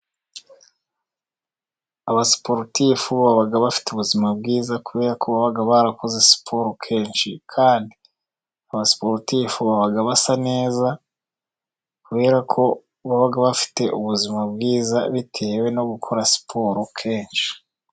Aba siporutifu baba bafite ubuzima bwiza kubera ko baba barakoze siporo kenshi. Kandi aba sporutifu baba basa neza kubera ko baba bafite ubuzima bwiza bitewe no gukora siporo kenshi.